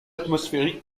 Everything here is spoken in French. atmosphériques